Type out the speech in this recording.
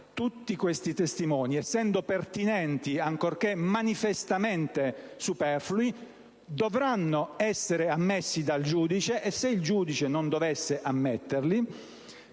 tutti questi testimoni, essendo pertinenti, ancorché manifestamente superflui, dovranno essere ammessi dal giudice e, se il giudice non dovesse ammetterli,